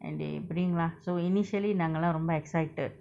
and they bring lah so initially நாங்களா ரொம்ப:nangala romba excited